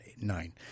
nine